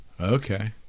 Okay